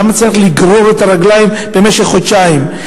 למה צריך לגרור רגליים במשך חודשים?